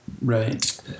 right